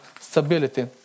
stability